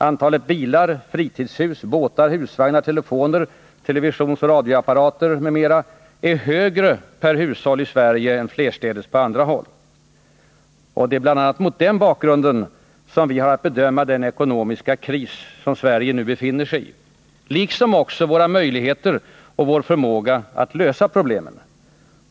Antalet bilar, fritidshus, båtar, husvagnar, telefoner, televisionsoch radioapparater m.m. är större per hushåll än flerstädes på andra håll. Det är bl.a. mot den bakgrunden som vi har att bedöma den ekonomiska kris Sverige nu befinner sigi. Liksom också våra möjligheter och vår förmåga att lösa problemen.